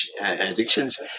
addictions